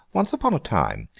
once upon a time,